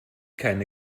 keine